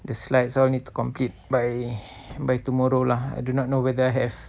the slides all need to complete by by tomorrow lah I do not know whether have